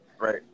Right